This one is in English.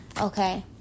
okay